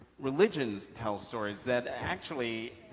religions tell stories that actually,